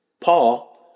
Paul